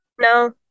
No